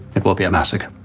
it will be a massacre.